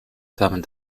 femmes